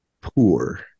poor